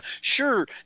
Sure